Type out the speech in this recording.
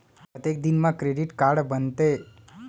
कतेक दिन मा क्रेडिट कारड बनते?